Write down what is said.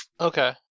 Okay